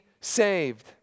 saved